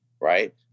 Right